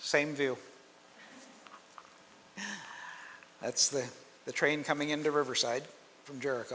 same view that's the the train coming in the riverside from jer